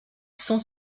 son